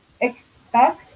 expect